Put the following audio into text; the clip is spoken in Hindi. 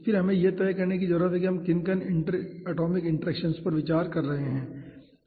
फिर हमें यह तय करने की जरूरत है कि हम किन इंटर एटॉमिक इंटरेक्शन्स पर विचार कर रहे हैं